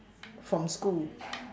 from school